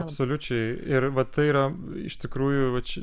absoliučiai ir va tai yra iš tikrųjų vat